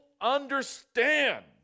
understand